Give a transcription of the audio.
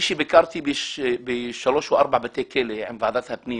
ביקרתי עם ועדת הפנים